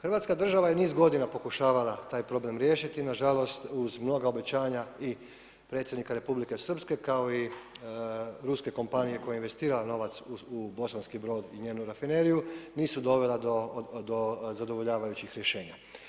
Hrvatska država je niz godina pokušavala taj problem riješiti, nažalost uz mnoga obećanja i Predsjednika Republike Srpske kao i ruske kompanije koja je investirala novac u Bosanski Brod i njenu rafineriju, nisu dovela do zadovoljavajućih rješenja.